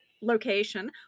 location